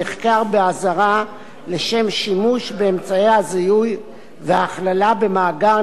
לשם שימוש באמצעי הזיהוי והכללה במאגר נתוני הזיהוי המשטרתי.